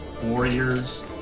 Warriors